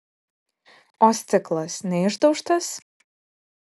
o stiklas neišdaužtas